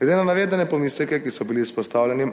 Glede na navedene pomisleke, ki so bili izpostavljeni